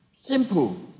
Simple